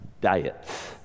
diets